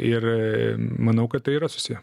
ir manau kad tai yra susiję